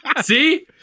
See